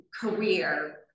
career